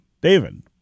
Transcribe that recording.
David